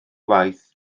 waith